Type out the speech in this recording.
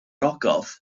ogof